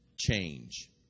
change